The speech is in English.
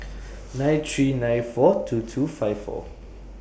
nine three nine four two two five four